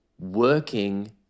Working